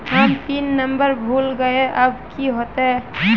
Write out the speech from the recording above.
हम pin number भूल गलिऐ अब की होते?